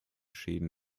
schäden